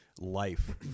life